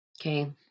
Okay